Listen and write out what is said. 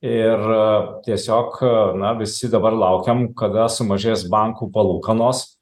ir tiesiog na visi dabar laukiam kada sumažės bankų palūkanos